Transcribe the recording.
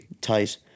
Tight